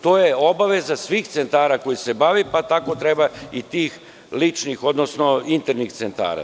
To je obaveza svih centara koji se bave pa tako treba i tih ličnih, odnosno internih centara.